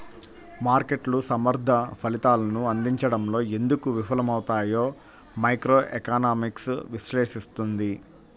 మార్కెట్లు సమర్థ ఫలితాలను అందించడంలో ఎందుకు విఫలమవుతాయో మైక్రోఎకనామిక్స్ విశ్లేషిస్తుంది